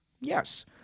Yes